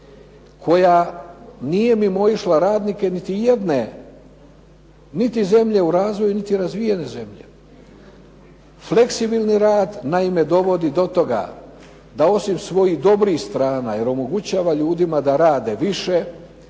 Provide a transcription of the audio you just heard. koja nije mimoišla radnike niti jedne zemlje u razvoju niti razvijene zemlje. Fleksibilni rad naime dovodi do toga da osim svojih dobrih strana jer omogućava ljudima da rade više,